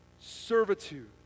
servitude